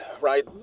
Right